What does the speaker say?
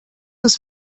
uns